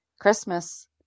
Christmas